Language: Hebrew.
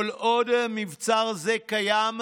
כל עוד מבצר זה קיים,